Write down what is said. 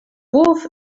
głów